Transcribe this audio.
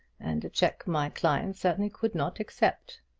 and a check my clients certainly could not accept.